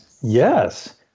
yes